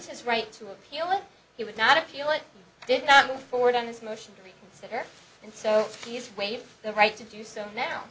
his right to appeal it he would not appeal it did not move forward on his motion to reconsider and so he is waive the right to do so now